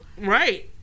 Right